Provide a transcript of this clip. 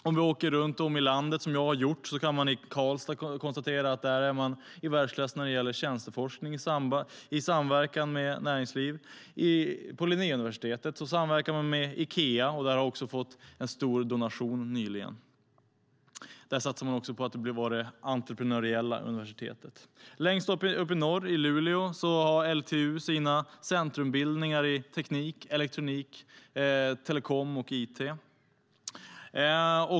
Om man åker runt i landet, som jag har gjort, kan man konstatera att de i Karlstad är i världsklass när det gäller tjänsteforskning i samverkan med näringslivet. På Linnéuniversitetet samverkar man med Ikea, och man har också fått en stor donation nyligen. Där satsar man också på att bli det entreprenöriella universitetet. Längst uppe i norr, i Luleå, har LTU sina centrumbildningar i teknik, elektronik, telekom och it.